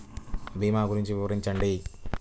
భీమా గురించి వివరించండి?